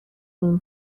این